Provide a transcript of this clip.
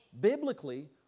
Biblically